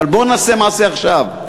אבל בוא נעשה מעשה עכשיו.